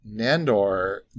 Nandor